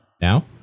now